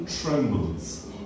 trembles